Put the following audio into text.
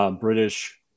British